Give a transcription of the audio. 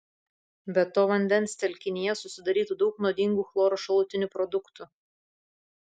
be to vandens telkinyje susidarytų daug nuodingų chloro šalutinių produktų